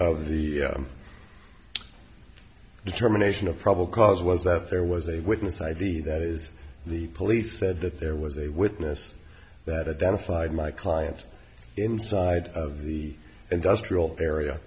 of the determination of probable cause was that there was a witness id that is the police said that there was a witness that identified my client inside of the industrial area